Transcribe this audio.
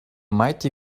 mighty